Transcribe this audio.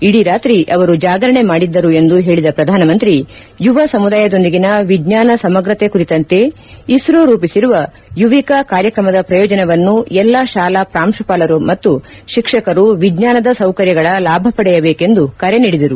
ಇಡೀ ರಾತ್ರಿ ಅವರು ಜಾಗರಣೆ ಮಾಡಿದ್ದರು ಎಂದು ಹೇಳಿದ ಪ್ರಧಾನಮಂತ್ರಿ ಯುವ ಸಮುದಾಯದೊಂದಿಗಿನ ವಿಜ್ಞಾನ ಸಮಗ್ರತೆ ಕುರಿತಂತೆ ಇಸ್ರೋ ರೂಪಿಸಿರುವ ಯುವಿಕಾ ಕಾರ್ಯಕ್ರಮದ ಪ್ರಯೋಜನವನ್ನು ಎಲ್ಲ ಶಾಲಾ ಪ್ರಾಂಶುಪಾಲರು ಮತ್ತು ಶಿಕ್ಷಕರು ವಿಜ್ಞಾನದ ಸೌಕರ್ಯಗಳ ಲಾಭ ಪಡೆಯಬೇಕೆಂದು ಕರೆ ನೀದಿದರು